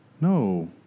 No